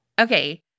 Okay